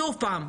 שוב פעם,